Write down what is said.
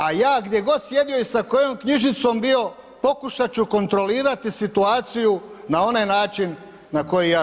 A ja gdje god sjedio i sa kojom knjižicom bio pokušat ću kontrolirati situaciju na onaj način na koji ja znam.